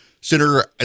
Senator